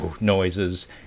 noises